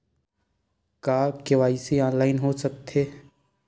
का KYC online हो सकथे?